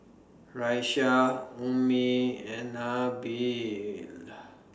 Raisya Ummi and Nabil